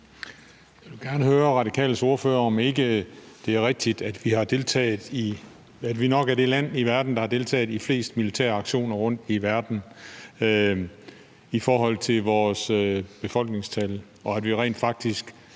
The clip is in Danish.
Jeg vil gerne høre Radikales ordfører, om ikke det er rigtigt, at vi nok er det land i verden, der har deltaget i flest militære aktioner rundtomkring i verden i forhold til vores befolkningstal, og at vi rent faktisk